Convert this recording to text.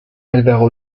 álvaro